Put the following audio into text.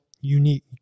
unique